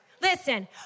Listen